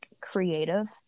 creative